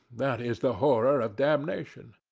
that is the horror of damnation.